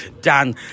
Dan